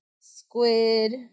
squid